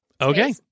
Okay